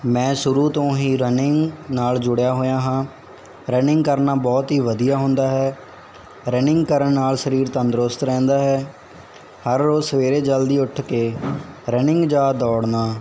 ਮੈਂ ਸ਼ੁਰੂ ਤੋਂ ਹੀ ਰਨਿੰਗ ਨਾਲ ਜੁੜਿਆ ਹੋਇਆ ਹਾਂ ਰਨਿੰਗ ਕਰਨਾ ਬਹੁਤ ਹੀ ਵਧੀਆ ਹੁੰਦਾ ਹੈ ਰਨਿੰਗ ਕਰਨ ਨਾਲ ਸਰੀਰ ਤੰਦਰੁਸਤ ਰਹਿੰਦਾ ਹੈ ਹਰ ਰੋਜ਼ ਸਵੇਰੇ ਜਲਦੀ ਉੱਠ ਕੇ ਰਨਿੰਗ ਜਾਂ ਦੌੜਨਾ